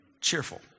cheerful